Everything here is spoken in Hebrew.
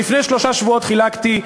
ולפני שלושה שבועות חילקתי,